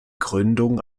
gründung